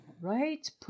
Right